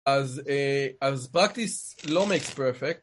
אז אה... אז practice לא makes perfect